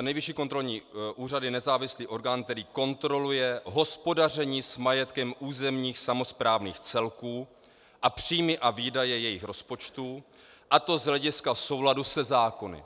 Nejvyšší kontrolní úřad je nezávislý orgán, který kontroluje hospodaření s majetkem územních samosprávných celků a příjmy a výdaje jejich rozpočtů, a to z hlediska souladu se zákony.